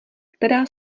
která